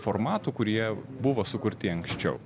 formatų kurie buvo sukurti anksčiau